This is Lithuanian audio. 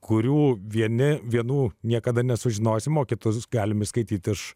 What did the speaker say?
kurių vieni vienų niekada nesužinosime mokytųsi galime išskaityti iš